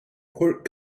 pork